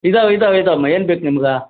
ಇದಾವೆ ಇದಾವೆ ಇದಾವಮ್ಮ ಏನು ಬೇಕು ನಿಮ್ಗೆ